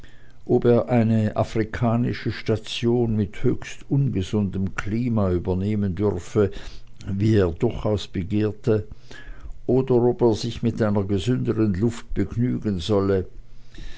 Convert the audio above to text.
ob er eine afrikanische station mit höchst ungesundem klima übernehmen dürfe wie er durchaus begehrte oder ob er sich mit einer gesünderen luft begnügen solle